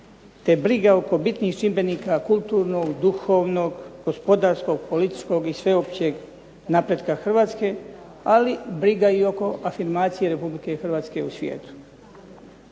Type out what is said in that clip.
te briga oko bitnih čimbenika kulturnog, duhovnog, gospodarskog, političkog i sveopćeg napretka Hrvatske, ali briga i oko afirmacije RH u svijetu.